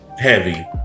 Heavy